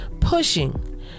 pushing